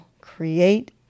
create